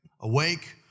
Awake